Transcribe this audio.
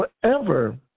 forever